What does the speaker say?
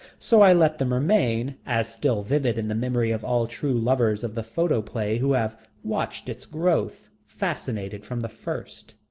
so i let them remain, as still vivid in the memory of all true lovers of the photoplay who have watched its growth, fascinated from the first.